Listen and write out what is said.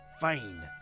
Fine